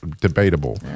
debatable